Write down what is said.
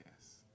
Yes